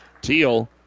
Teal